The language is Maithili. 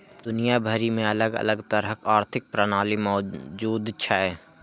दुनिया भरि मे अलग अलग तरहक आर्थिक प्रणाली मौजूद छै